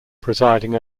presiding